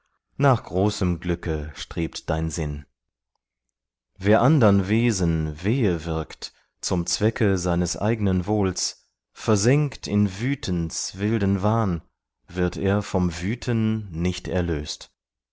nach großem glücke strebt dein sinn wer andern wesen wehe wirkt zum zwecke seines eignen wohls versenkt in wütens wilden wahn wird er vom wüten nicht erlöst